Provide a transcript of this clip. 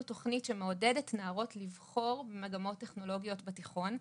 תוכנית שמעודדת נערות לבחור במגמות טכנולוגיות בתיכון.